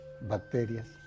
bacterias